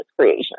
Creation